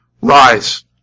rise